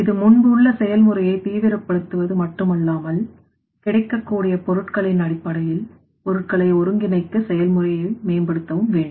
இது முன்பு உள்ள செயல்முறையை தீவிரப்படுத்துவது மட்டுமல்லாமல் கிடைக்கக்கூடிய பொருட்களின் அடிப்படையில் பொருட்களை ஒருங்கிணைக்க செயல்முறையை மேம்படுத்தவும் வேண்டும்